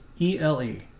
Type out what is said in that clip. E-L-E